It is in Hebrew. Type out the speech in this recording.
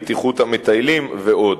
בטיחות המטיילים ועוד.